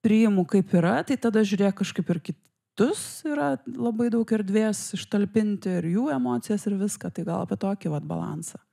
priimu kaip yra tai tada žiūrėk kažkaip ir kitus yra labai daug erdvės ištalpinti ir jų emocijas ir viską tai gal apie tokį vat balansą